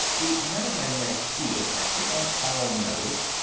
the metamagnetic field acted on all metals,